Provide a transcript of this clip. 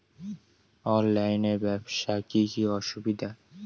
অনলাইনে ব্যবসার কি কি অসুবিধা?